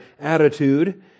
attitude